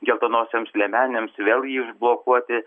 geltonosioms liemenėms vėl jį užblokuoti